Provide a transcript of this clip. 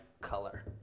color